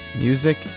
Music